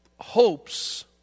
hopes